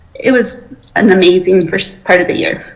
it was an amazing first part of the year.